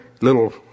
little